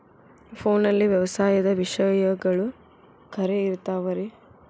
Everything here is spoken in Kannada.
ಫೋನಲ್ಲಿ ವ್ಯವಸಾಯದ ವಿಷಯಗಳು ಖರೇ ಇರತಾವ್ ರೇ?